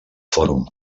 fòrum